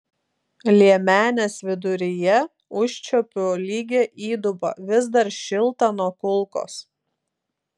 liemenės viduryje užčiuopiu lygią įdubą vis dar šiltą nuo kulkos